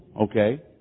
okay